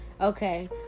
okay